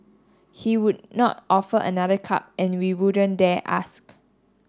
he would not offer another cup and we wouldn't dare ask